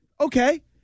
okay